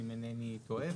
אם אינני טועה,